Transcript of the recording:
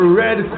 red